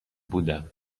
بودم